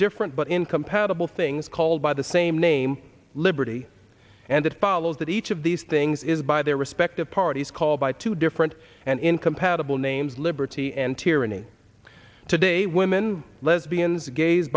different but incompatible things called by the same name liberty and it follows that each of these things is by their respective parties called by two different and incompatible names liberty and tyranny today women lesbians gays